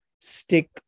stick